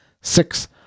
six